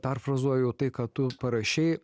perfrazuoju tai ką tu parašei